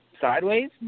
sideways